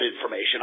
information